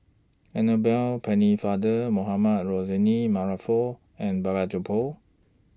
Annabel Pennefather Mohamed Rozani Maarof and Balraj Gopal